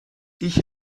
ich